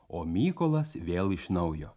o mykolas vėl iš naujo